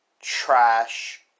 trash